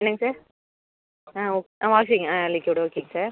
என்னங்க சார் ஆ ஒ வாஷிங் ஆ லிக்விடு ஓகேங்க சார்